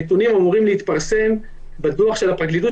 הנתונים אמורים להתפרסם בדוח של הפרקליטות